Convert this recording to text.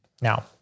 Now